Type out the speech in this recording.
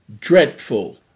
dreadful